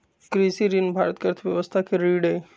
कृषि ऋण भारत के अर्थव्यवस्था के रीढ़ हई